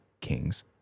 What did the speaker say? King's